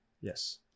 Yes